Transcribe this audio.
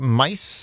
mice